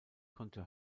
konnte